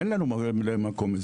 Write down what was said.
אין לנו ממלאי מקום.